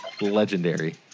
legendary